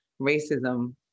racism